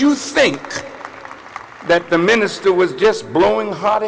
you think that the minister was just blowing hot